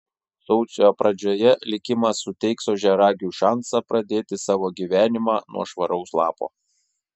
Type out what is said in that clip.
sausio pradžioje likimas suteiks ožiaragiui šansą pradėti savo gyvenimą nuo švaraus lapo